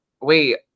Wait